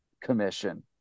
commission